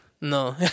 No